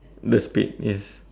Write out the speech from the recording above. the spade yes